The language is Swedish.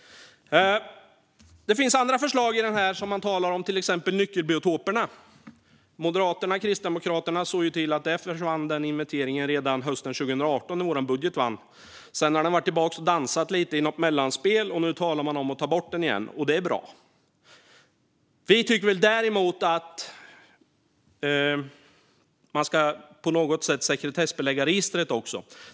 Det finns andra förslag som man talar om i propositionen, till exempel vad gäller nyckelbiotoperna. Moderaterna och Kristdemokraterna såg till att den inventeringen försvann redan hösten 2018, när vår budget vann. Sedan har den varit tillbaka och dansat lite i något mellanspel, och nu talar man om att ta bort den igen. Det är bra. Vi tycker däremot att man på något sätt ska sekretessbelägga registret också.